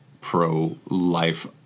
pro-life